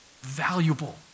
valuable